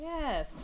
Yes